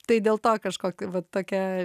tai dėl to kažkokia vat tokia